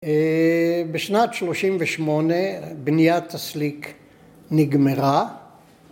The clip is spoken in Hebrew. ‫בשנת 38' בניית הסליק נגמרה.